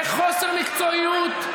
בחוסר מקצועיות,